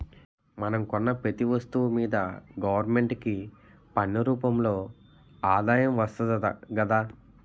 మనం కొన్న పెతీ ఒస్తువు మీదా గవరమెంటుకి పన్ను రూపంలో ఆదాయం వస్తాదట గదా